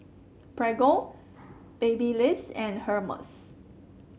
Prego Babyliss and Hermes